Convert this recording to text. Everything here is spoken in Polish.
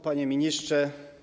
Panie Ministrze!